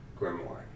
grimoire